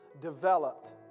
developed